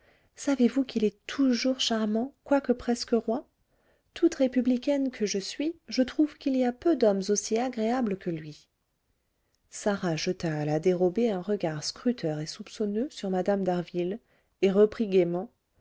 savez-vous qu'il est toujours charmant quoique presque roi toute républicaine que je suis je trouve qu'il y a peu d'hommes aussi agréables que lui sarah jeta à la dérobée un regard scruteur et soupçonneux sur mme d'harville et reprit gaiement